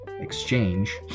exchange